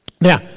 Now